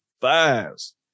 fives